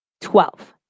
Twelve